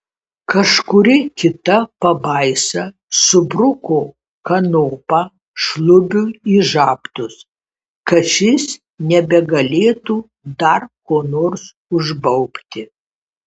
kažkuri kita pabaisa subruko kanopą šlubiui į žabtus kad šis nebegalėtų dar ko nors užbaubti